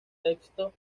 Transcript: texto